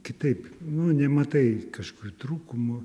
kitaip nu nematai kažkokių trūkumų